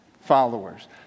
followers